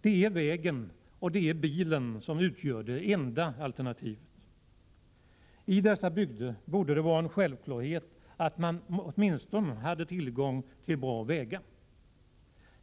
Det är vägen och bilen som utgör det enda alternativet. I dessa bygder borde det vara en självklarhet att man åtminstone hade tillgång till bra vägar.